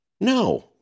No